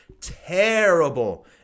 terrible